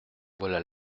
voilà